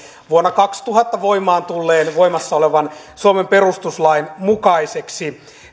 vuonna kaksituhatta voimaan tulleen ja voimassa olevan suomen perustuslain mukaiseksi